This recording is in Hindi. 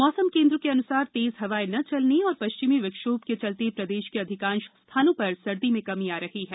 मौसम केन्द्र के अनुसार तेज हवाएं न चलने और पश्चिमी विक्षोभ के चलते प्रदेश के अधिकांश स्थानों पर सर्दी में कमी आ रही है